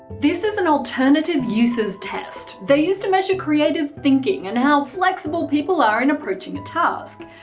this is an alternative uses test, they're used to measure creative thinking and how flexible people are in approaching a task.